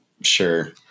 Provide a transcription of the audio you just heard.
sure